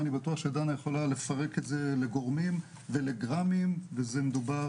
אני בטוח שדנה יכולה לפרק את זה לגורמים ולגרמים וזה מדובר